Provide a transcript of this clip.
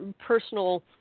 personal